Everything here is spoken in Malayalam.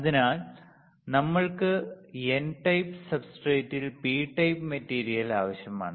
അതിനാൽ നമ്മൾക്ക് എൻ ടൈപ്പ് സബ്സ്ട്രേറ്റിൽ പി ടൈപ്പ് മെറ്റീരിയൽ ആവശ്യമാണ്